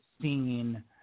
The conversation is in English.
seen